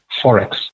Forex